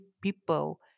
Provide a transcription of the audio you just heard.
people